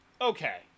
Okay